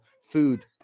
food